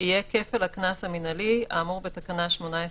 יהיה כפל הקנס המינהלי האמור בתקנה 18,